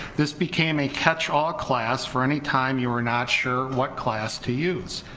this became a catch-all class for any time you were not sure what class to use,